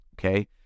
okay